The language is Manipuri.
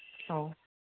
ꯑꯧ